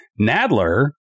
Nadler